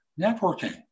networking